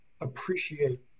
appreciate